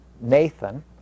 Nathan